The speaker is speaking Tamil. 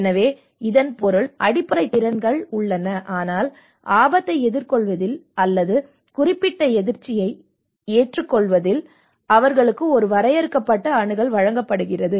எனவே இதன் பொருள் அடிப்படை திறன்கள் உள்ளன ஆனால் ஆபத்தை எதிர்கொள்வதில் அல்லது குறிப்பிட்ட அதிர்ச்சியை எதிர்கொள்வதில் மட்டுமே அவர்களுக்கு ஒரு வரையறுக்கப்பட்ட அணுகல் வழங்கப்படுகிறது